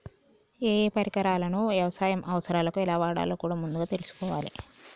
ఏయే పరికరాలను యవసాయ అవసరాలకు ఎలా వాడాలో కూడా ముందుగా తెల్సుకోవాలే